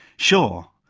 sure,